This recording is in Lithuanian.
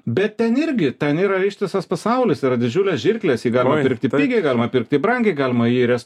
bet ten irgi ten yra ištisas pasaulis yra didžiulės žirklės jį galima pirkti pigiai galima pirkti brangiai galima jį res